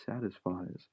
satisfies